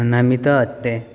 ନାମିତ ଅଟେ